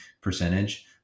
percentage